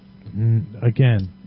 again